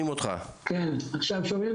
את הפחד המלווה כל אחד מאיתנו.